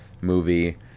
movie